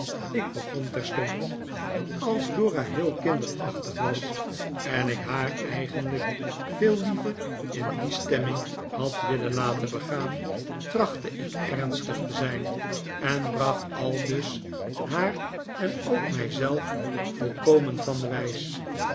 ik begon terstond als dora heel kinderachtig was en ik haar eigenlijk veel liever in die stemming had willen laten begaan trachtte ik ernstig te zijn en bracht aldus haar en ook mij zelf volkomen van de wijs